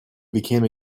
became